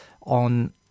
on